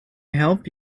help